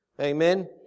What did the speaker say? Amen